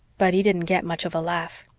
but he didn't get much of a laugh.